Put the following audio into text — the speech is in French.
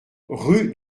rue